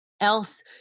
else